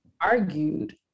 argued